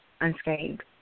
unscathed